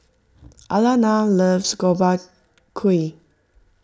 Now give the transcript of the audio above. Alanna loves Gobchang Gui